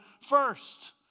first